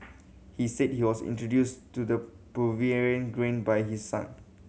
he said he was introduced to the Peruvian grain by his son